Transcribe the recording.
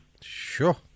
Sure